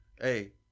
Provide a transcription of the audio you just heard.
hey